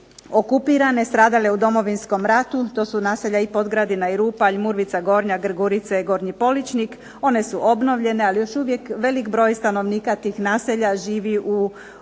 okupirane, stradale u Domovinskom ratu, to su naselja i Podgradina i Rupalj, Murvica Gornja, Grgurice, Gornji Poličnik, one su obnovljene, ali još uvijek velik broj stanovnika tih naselja živi u okruženju